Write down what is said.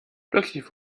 plötzlich